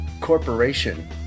corporation